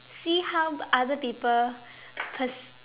see how other people pers~